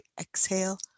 exhale